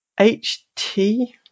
HT